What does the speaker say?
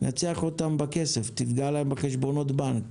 תנצח אותם בכסף, תפגע בהם בחשבונות הבנק.